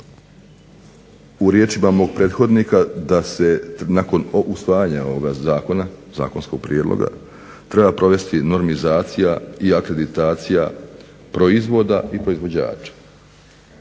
u riječima mog prethodnika da se nakon usvajanja ovog Zakona, zakonskog prijedloga treba provesti normizacija i akreditacija proizvoda i proizvođača.